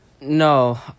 No